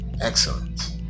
excellent